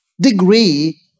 degree